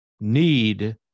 need